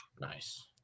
Nice